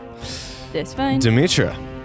Demetra